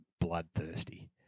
bloodthirsty